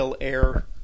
air